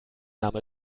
name